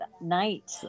night